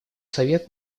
совет